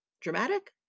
Dramatic